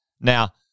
Now